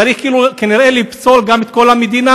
צריך כנראה גם לפסול את כל המדינה,